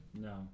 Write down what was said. No